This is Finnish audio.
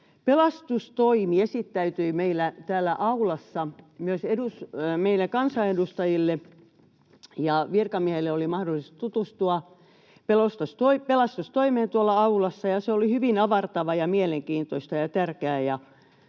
Pelastustoimi esittäytyi meillä täällä aulassa. Meillä kansanedustajilla ja virkamiehillä oli mahdollisuus tutustua pelastustoimeen tuolla aulassa, ja se oli hyvin avartavaa ja mielenkiintoista ja tärkeää.